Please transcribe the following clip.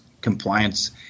compliance